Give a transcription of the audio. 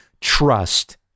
Trust